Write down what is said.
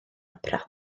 opera